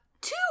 two